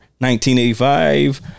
1985